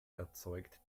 erzeugt